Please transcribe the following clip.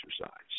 exercise